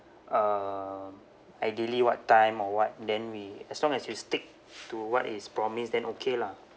um ideally what time or what then we as long as you stick to what is promised then okay lah